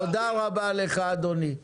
תודה רבה לך, אדוני.